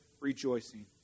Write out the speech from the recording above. rejoicing